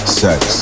sex